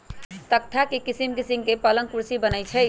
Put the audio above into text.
तकख्ता से किशिम किशीम के पलंग कुर्सी बनए छइ